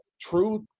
Truth